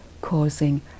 causing